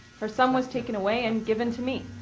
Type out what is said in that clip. her son was taken away, and given to me.